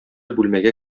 бүлмәгә